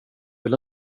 vill